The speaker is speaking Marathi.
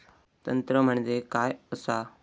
तंत्र म्हणजे काय असा?